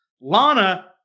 Lana